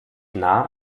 nah